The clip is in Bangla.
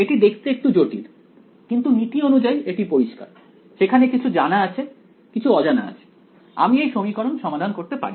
এটি দেখতে একটু জটিল কিন্তু নীতি অনুযায়ী এটি পরিষ্কার সেখানে কিছু জানা আছে কিছু অজানা আছে আমি এই সমীকরণ সমাধান করতে পারি